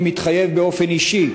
אני מתחייב באופן אישי,